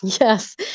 Yes